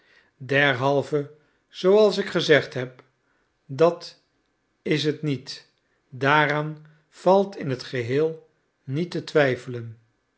derhalve zooals ik gezegd heb dat is het niet daaraan valt in het geheel niet te twijfelen